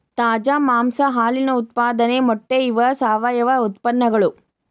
ತಾಜಾ ಮಾಂಸಾ ಹಾಲಿನ ಉತ್ಪಾದನೆ ಮೊಟ್ಟೆ ಇವ ಸಾವಯುವ ಉತ್ಪನ್ನಗಳು